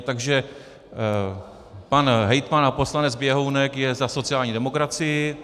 Takže pan hejtman a poslanec Běhounek je za sociální demokracii.